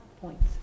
points